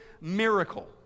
miracle